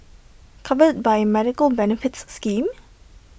covered by A medical benefits scheme